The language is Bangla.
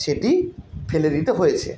সেটি ফেলে দিতে হয়েছে